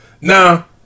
Now